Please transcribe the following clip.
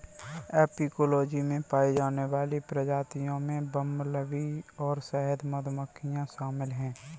apicology में पाई जाने वाली प्रजातियों में बंबलबी और शहद मधुमक्खियां शामिल हैं